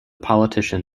politician